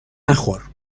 نخور